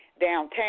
downtown